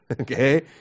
Okay